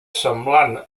semblant